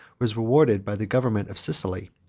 was rewarded by the government of sicily,